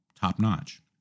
top-notch